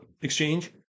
exchange